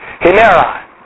Himera